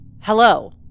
Hello